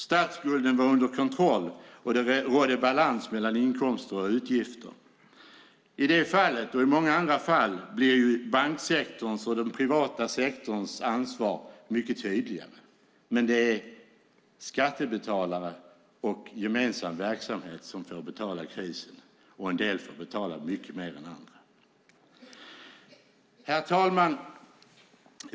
Statsskulden var under kontroll, och det rådde balans mellan inkomster och utgifter. I det fallet och i många andra fall blir banksektorns och den privata sektorns ansvar mycket tydligare, men det är skattebetalarna och gemensam verksamhet som får betala krisen. Och en del får betala mycket mer än andra. Herr talman!